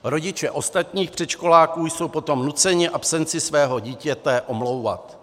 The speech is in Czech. Rodiče ostatních předškoláků jsou potom nuceni absenci svého dítěte omlouvat.